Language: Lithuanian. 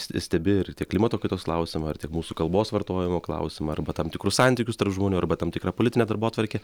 s stebi ir tiek klimato kaitos klausimą ar tiek mūsų kalbos vartojimo klausimą arba tam tikrus santykius tarp žmonių arba tam tikrą politinę darbotvarkę